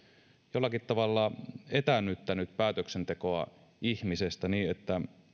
jollakin tavalla etäännyttänyt päätöksentekoa ihmisestä niin että